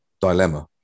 dilemma